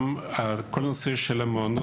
כל הנושא של המעונות